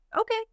okay